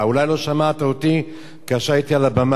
אולי לא שמעת אותי כאשר הייתי על הבמה.